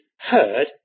heard